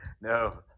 No